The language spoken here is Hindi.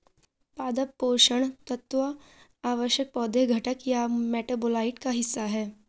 पादप पोषण तत्व आवश्यक पौधे घटक या मेटाबोलाइट का हिस्सा है